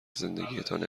زندگیتان